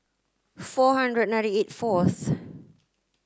four hundred ninety eight fourth